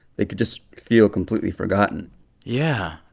they could just feel completely forgotten yeah.